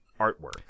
artwork